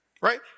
right